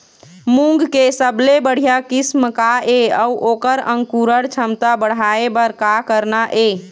मूंग के सबले बढ़िया किस्म का ये अऊ ओकर अंकुरण क्षमता बढ़ाये बर का करना ये?